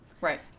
right